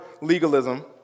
legalism